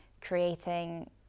creating